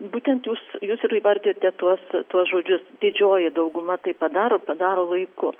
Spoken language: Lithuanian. būtent jūs jūs ir įvardijote tuos tuos žodžius didžioji dauguma tai padaro padaro laiku